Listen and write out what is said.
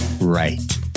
Right